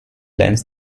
lens